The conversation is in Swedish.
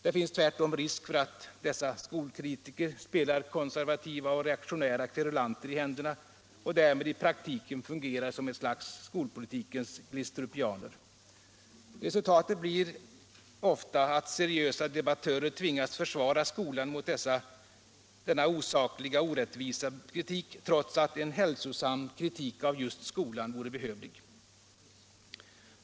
Det finns tvärtom risk för att dessa skolkritiker spelar konservativa och reaktionära kverulanter i händerna och därmed i praktiken fungerar som ett slags skolpolitikens Glistrupianer. Resultatet blir ofta att seriösa debattörer tvingas försvara skolan mot denna osakliga och orättvisa kritik, trots att en hälsosam kritik av just skolan vore behövlig.